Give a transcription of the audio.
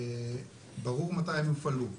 ברור מתי הן יופעלו.